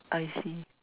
I see